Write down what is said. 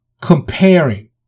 comparing